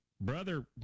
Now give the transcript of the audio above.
brother